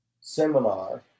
seminar